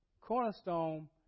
Cornerstone